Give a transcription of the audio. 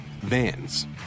vans